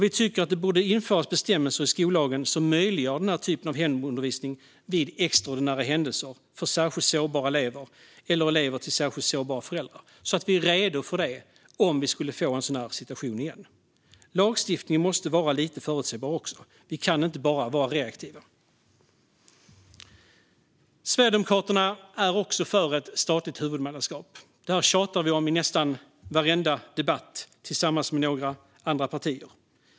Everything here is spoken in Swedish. Vi tycker att det borde införas bestämmelser i skollagen som möjliggör den typen av hemundervisning vid extraordinära händelser för särskilt sårbara elever eller elever till särskilt sårbara föräldrar, så att vi är redo om vi får en sådan situation igen. Lagstiftningen måste vara lite förutsebar. Vi kan inte bara vara reaktiva. Sverigedemokraterna är för ett statligt huvudmannaskap för den offentliga skolan. Detta tjatar vi om i nästan varenda debatt, tillsammans med några andra partier.